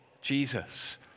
Jesus